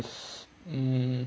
um